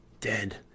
Dead